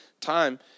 time